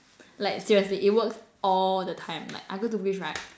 like seriously it works all the time like I go Bugis right